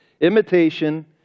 Imitation